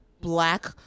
black